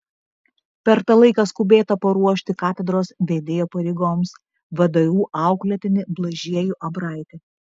per tą laiką skubėta paruošti katedros vedėjo pareigoms vdu auklėtinį blažiejų abraitį